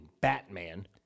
Batman